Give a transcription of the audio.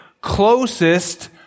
closest